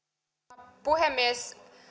arvoisa puhemies